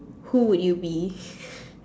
who would you be